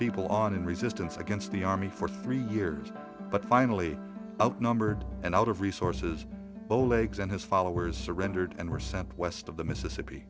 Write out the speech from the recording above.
people on in resistance against the army for three years but finally outnumbered and out of resources bowlegs and his followers surrendered and were sent west of the mississippi